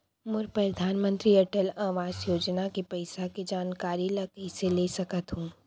मोर परधानमंतरी अटल आवास योजना के पइसा के जानकारी ल कइसे ले सकत हो?